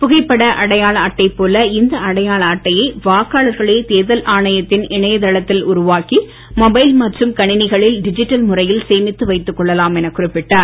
புகைப்பட அடையாள அட்டை போல இந்த அடையாள அட்டையை வாக்காளர்களே தேர்தல் ஆணையத்தின் இணையதளத்தில் உருவாக்கி மொபைல் மற்றும் கணினிகளில் டிஜிட்டல் முறையில் சேமித்து வைத்துக்கொள்ளலாம் என குறிப்பிட்டார்